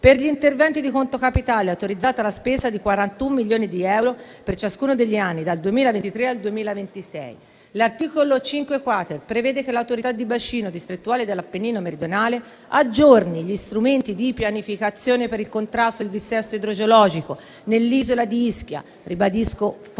Per gli interventi di conto capitale è autorizzata la spesa di 41 milioni di euro per ciascuno degli anni dal 2023 al 2026. L'articolo 5-*quater* prevede che l'Autorità di bacino distrettuale dell'Appennino meridionale aggiorni gli strumenti di pianificazione per il contrasto del dissesto idrogeologico nell'isola di Ischia che - ribadisco -